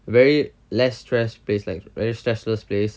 very less stress place very stressless place